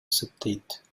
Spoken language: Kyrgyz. эсептейт